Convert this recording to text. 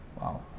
Wow